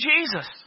Jesus